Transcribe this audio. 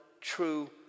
true